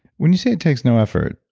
when you say it takes no effort,